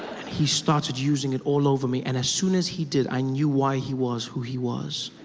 and he started using it all over me, and as soon as he did, i knew why he was who he was.